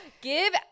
Give